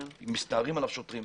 מסתערים עליו שוטרים.